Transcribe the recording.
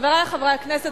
חברי חברי הכנסת,